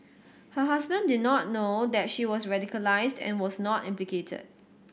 her husband did not know that she was radicalised and was not implicated